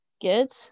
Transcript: Good